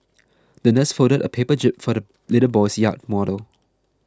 the nurse folded a paper jib for the little boy's yacht model